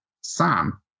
Sam